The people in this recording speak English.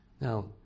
Now